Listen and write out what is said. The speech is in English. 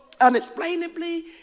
unexplainably